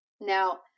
Now